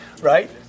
right